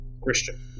Christian